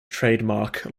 trademark